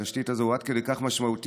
הוא עד כדי כך משמעותי,